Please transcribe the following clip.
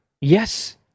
Yes